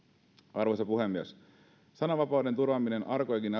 arvoisa puhemies sananvapauden turvaaminen arkojenkin